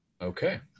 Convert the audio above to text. okay